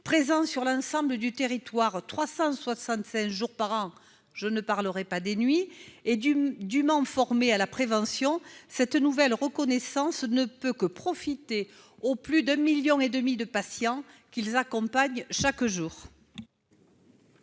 présent sur l'ensemble du territoire 365 jours par an, je ne parlerai pas des nuits et du du Mans, formés à la prévention, cette nouvelle reconnaissance ne peut que profiter aux plus 2 millions et demi de patients qu'ils accompagnent chaque jour.